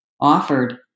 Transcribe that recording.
offered